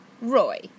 Roy